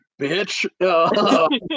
bitch